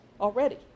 already